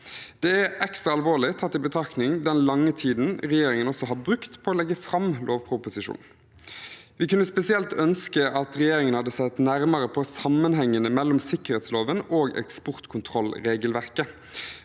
Det er ekstra alvorlig tatt i betraktning den lange tiden regjeringen har brukt på å legge fram lovproposisjonen. Vi kunne spesielt ønske at regjeringen hadde sett nærmere på sammenhengene mellom sikkerhetsloven og eksportkontrollregelverket.